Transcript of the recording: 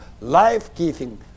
life-giving